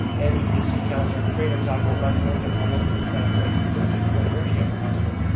and you you see councillor craitor talk about west lincoln, how they've been trying to fight for fifteen, twenty years, getting a hospital.